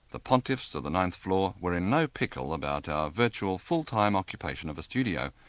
the pontiffs of the ninth floor were in no pickle about our virtual fulltime occupation of a studio.